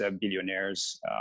billionaires